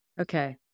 Okay